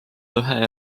lõhe